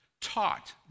taught